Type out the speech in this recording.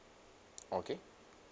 okay